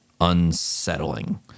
unsettling